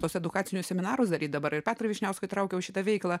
tuos edukacinius seminarus daryti dabar ir petro vyšniausko įtraukiau šitą veikalą